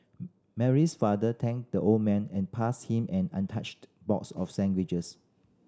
Mary's father thanked the old man and passed him an untouched box of sandwiches